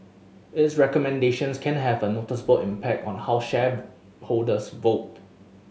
its recommendations can have a noticeable impact on how shareholders vote